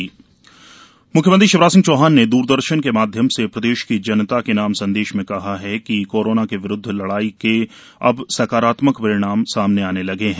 मुख्यमंत्री संदेश मुख्यमंत्री शिवराज सिंह चौहान ने दूरदर्शन के माध्यम से प्रदेश की जनता के नाम संदेश में कहा है कि कोरोना के विरूद्व लड़ाई के अब सकारात्मक परिणाम सामने आने लगे हैं